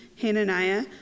Hananiah